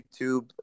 YouTube